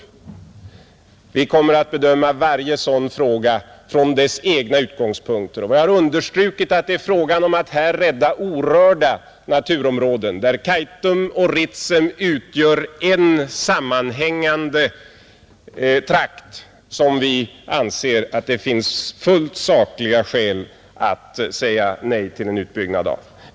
Men vi kommer att bedöma varje sådan fråga från dess egna utgångspunkter, Vi har understrukit att det är fråga om att här rädda orörda naturområden, där Kaitum och Ritsem utgör ett sammanhängande område, som vi anser att det finns fullt sakliga skäl för att säga nej till en utbyggnad av.